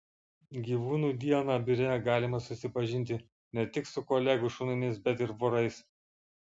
gyvūnų dieną biure galima susipažinti ne tik su kolegų šunimis bet ir vorais